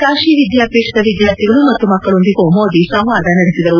ಕಾಶಿ ವಿದ್ಯಾಪೀಠದ ವಿದ್ಯಾರ್ಥಿಗಳು ಮತ್ತು ಮಕ್ಕಳೊಂದಿಗೂ ಮೋದಿ ಅವರು ಸಂವಾದ ನಡೆಸಿದರು